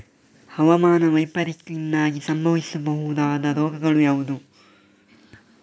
ಹವಾಮಾನ ವೈಪರೀತ್ಯದಿಂದಾಗಿ ಸಂಭವಿಸಬಹುದಾದ ರೋಗಗಳು ಯಾವುದು?